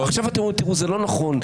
עכשיו אתם אומרים: "זה לא נכון,